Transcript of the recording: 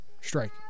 strike